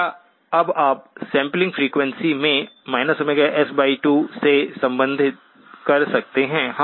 क्या अब आप सैंपलिंग फ्रीक्वेंसी में s2 से संबंधित कर सकते हैं